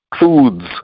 foods